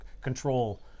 control